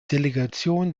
delegation